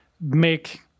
make